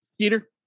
Peter